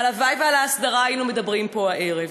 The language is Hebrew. הלוואי שעל ההסדרה היינו מדברים פה הערב.